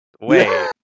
wait